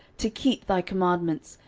to keep thy commandments,